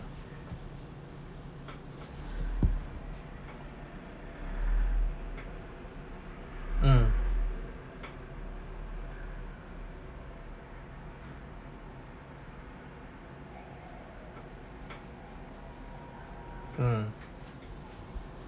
mm mm